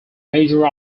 major